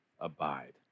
Abide